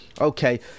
okay